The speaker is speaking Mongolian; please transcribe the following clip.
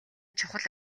чухал